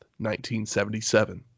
1977